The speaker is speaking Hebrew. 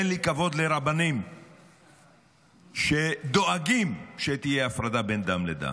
אין לי כבוד לרבנים שדואגים שתהיה הפרדה בין דם לדם.